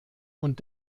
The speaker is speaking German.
und